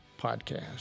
Podcast